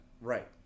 Right